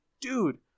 dude